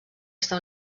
està